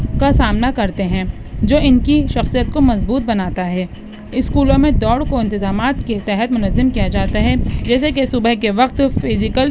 کا سامنا کرتے ہیں جو ان کی شخصیت کو مضبوط بناتا ہے اسکولوں میں دوڑ کو انتظامات کے تحت منظم کیا جاتا ہے جیسے کہ صبح کے وقت فزیکل